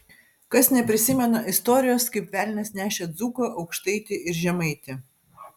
kas neprisimena istorijos kaip velnias nešė dzūką aukštaitį ir žemaitį